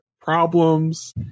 problems